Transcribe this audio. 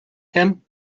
him